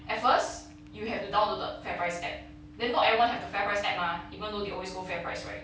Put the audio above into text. at first you have to download the fairprice app then not everyone have to fairprice app mah even though they always go fairprice right